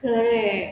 correct